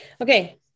Okay